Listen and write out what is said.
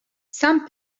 some